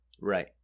Right